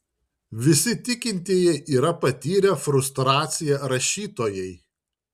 visi tikintieji yra patyrę frustraciją rašytojai